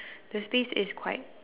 the stage is quite